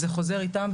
זה חוזר איתם,